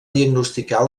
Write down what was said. diagnosticar